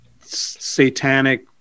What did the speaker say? satanic